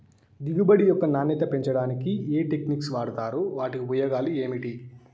దిగుబడి యొక్క నాణ్యత పెంచడానికి ఏ టెక్నిక్స్ వాడుతారు వాటి ఉపయోగాలు ఏమిటి?